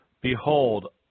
Behold